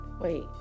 Wait